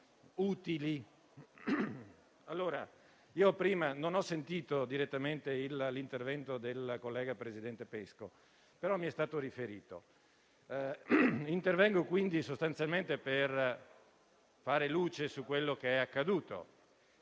utili. Non ho ascoltato prima direttamente l'intervento del collega, presidente Pesco, che però mi è stato riferito. Intervengo quindi sostanzialmente per fare luce su quello che è accaduto,